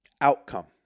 outcome